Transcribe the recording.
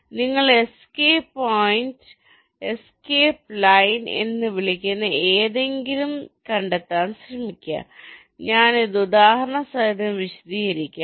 അതിനാൽ നിങ്ങൾ escape point escape line എന്ന് വിളിക്കുന്ന എന്തെങ്കിലും കണ്ടെത്താൻ ശ്രമിക്കുക ഞാൻ ഇത് ഉദാഹരണ സഹിതം വിശദീകരിക്കും